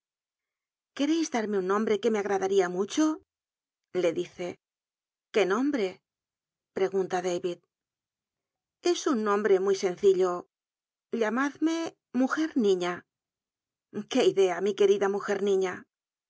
quereis tlarme un nombre que me agradaría mucho le dice avid qué nombre pregunta d es un nombre muy sencil lo llamadme mujer niiia qué idea mi querida mujerni